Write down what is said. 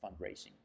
fundraising